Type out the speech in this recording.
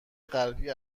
غربی